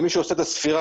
מי שעושה את הספירה,